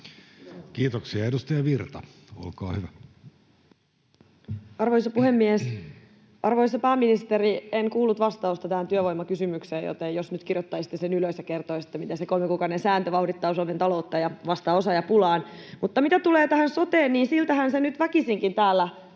Kiitoksia. — Edustaja Virta, olkaa hyvä. Arvoisa puhemies! Arvoisa pääministeri, en kuullut vastausta tähän työvoimakysymykseen, joten jos nyt kirjoittaisitte sen ylös ja kertoisitte, miten se kolmen kuukauden sääntö vauhdittaa Suomen taloutta ja vastaa osaajapulaan. Mitä tulee tähän soteen, niin siltähän se nyt väkisinkin täällä